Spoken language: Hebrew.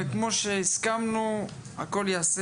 כמו שהסכמנו, הכול ייעשה